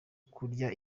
kurya